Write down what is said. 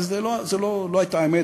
זו לא הייתה אמת,